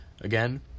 Again